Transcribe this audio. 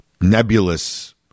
nebulous